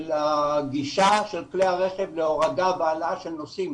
של הגישה של כלי הרכב להורדה והעלאה של נוסעים